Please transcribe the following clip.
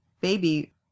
baby